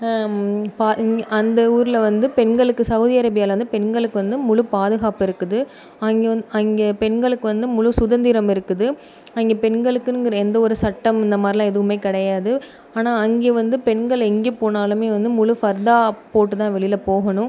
இங்கே அந்த ஊரில் வந்து பெண்களுக்கு சவுதி அரேபியாவில் வந்து பெண்களுக்கு வந்து முழு பாதுகாப்பு இருக்குது அங்கே வந்து அங்கே பெண்களுக்கு வந்து முழு சுதந்திரம் இருக்குது அங்கே பெண்களுக்குனுங்கிற எந்த ஒரு சட்டம் இந்த மாதிரில்லா எதுவுமே கிடையாது ஆனால் அங்கே வந்து பெண்கள் எங்கேப் போனாலும் வந்து முழு ஃபர்தா போட்டு தான் வெளியில் போகணும்